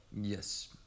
Yes